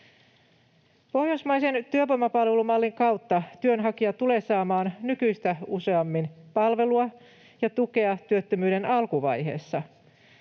Pohjoismaisen työvoimapalvelumallin kautta työnhakija tulee saamaan nykyistä useammin palvelua ja tukea työttömyyden alkuvaiheessa.